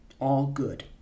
all-good